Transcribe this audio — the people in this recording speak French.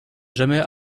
jamais